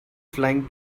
flying